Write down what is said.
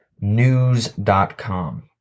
news.com